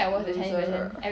you sure